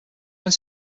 when